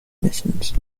missions